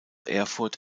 erfurt